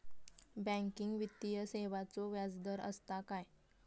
Banking वित्तीय सेवाचो व्याजदर असता काय?